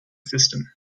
system